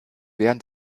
während